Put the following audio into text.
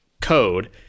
code